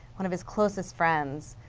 one of his closest friends,